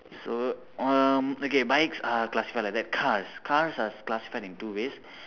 so um okay bikes are classified like that cars cars are classified in two ways